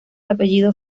apellido